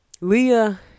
Leah